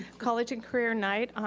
college and career night,